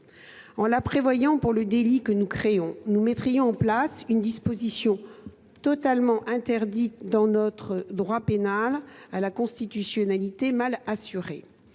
aggravation pour le délit que nous créons, nous mettrions en place une disposition totalement inédite dans notre droit pénal et à la constitutionnalité mal assurée.